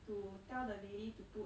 to tell the lady to put